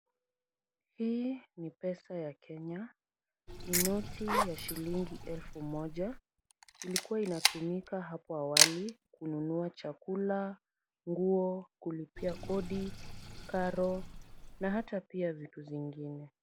Hii ni pesa ya Kenya. Ni noti ya shilingi elfu moja. Ilikuwa inatumika hapo awali kununua chakula, nguo, kulipia kodi, karo na hata pia vitu zingine.